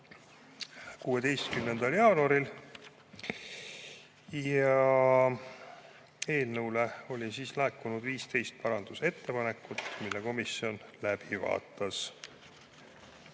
16. jaanuaril ja eelnõu kohta oli laekunud 15 parandusettepanekut, mille komisjon läbi vaatas.